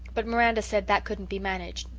but miranda said that couldn't be managed.